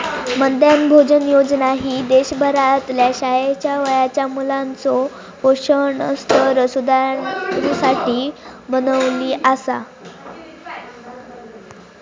मध्यान्ह भोजन योजना ही देशभरातल्या शाळेच्या वयाच्या मुलाचो पोषण स्तर सुधारुसाठी बनवली आसा